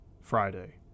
Friday